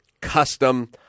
custom